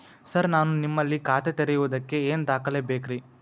Sir ನಾನು ನಿಮ್ಮಲ್ಲಿ ಖಾತೆ ತೆರೆಯುವುದಕ್ಕೆ ಏನ್ ದಾಖಲೆ ಬೇಕ್ರಿ?